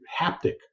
haptic